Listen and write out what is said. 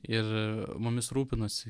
ir mumis rūpinasi